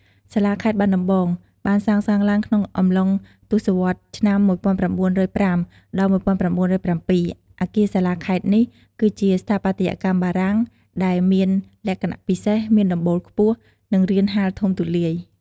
សាលាខេត្តបាត់ដំបង បានសាងសង់ឡើងក្នុងអំឡុងទសវត្សរ៍ឆ្នាំ ១៩០៥ ដល់ ១៩០៧ អគារសាលាខេត្តនេះ គឺជាស្ថាបត្យកម្មបារាំងដែលមានលក្ខណៈពិសេស មានដំបូលខ្ពស់ និងរានហាលធំទូលាយ។